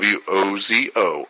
W-O-Z-O